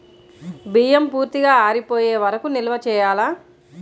బియ్యం పూర్తిగా ఆరిపోయే వరకు నిల్వ చేయాలా?